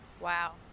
Wow